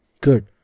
good